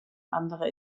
anderer